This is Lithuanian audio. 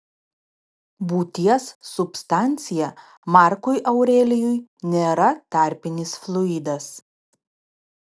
būties substancija markui aurelijui nėra tarpinis fluidas